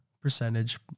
percentage